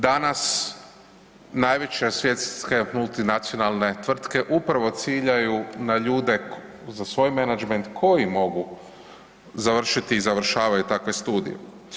Danas najveće svjetske multinacionalne tvrtke upravo ciljaju na ljude za svoj menadžment koji mogu završiti i završavaju takve studije.